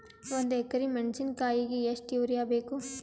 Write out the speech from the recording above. ಒಂದ್ ಎಕರಿ ಮೆಣಸಿಕಾಯಿಗಿ ಎಷ್ಟ ಯೂರಿಯಬೇಕು?